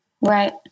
Right